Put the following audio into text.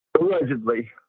allegedly